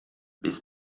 bis